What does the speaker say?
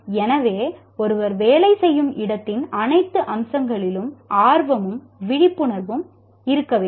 எனவே ஒருவர் வேலை செய்யும் இடத்தின் அனைத்து அம்சங்களிலும் ஆர்வமும் விழிப்புணர்வும் இருக்க வேண்டும்